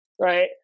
right